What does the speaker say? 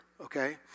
okay